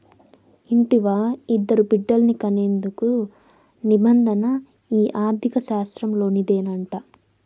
ఇంటివా, ఇద్దరు బిడ్డల్ని కనేందుకు నిబంధన ఈ ఆర్థిక శాస్త్రంలోనిదేనంట